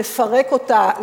לפרק אותה,